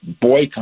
boycott